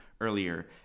earlier